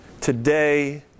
today